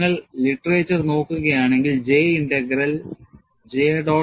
നിങ്ങൾ literature നോക്കുകയാണെങ്കിൽ J integral J